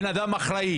בן אדם אחראי.